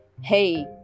hey